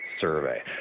Survey